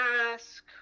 ask